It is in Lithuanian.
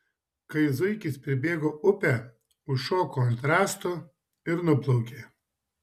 kai zuikis pribėgo upę užšoko ant rąsto ir nuplaukė